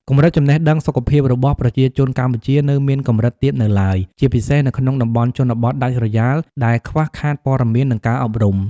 កម្រិតចំណេះដឹងសុខភាពរបស់ប្រជាជនកម្ពុជានៅមានកម្រិតទាបនៅឡើយ ជាពិសេសនៅក្នុងតំបន់ជនបទដាច់ស្រយាលដែលខ្វះខាតព័ត៌មាននិងការអប់រំ។